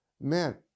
man